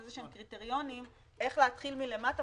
קובעים קריטריונים איך להתחיל מלמטה